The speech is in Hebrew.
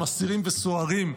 עם אסירים וסוהרים,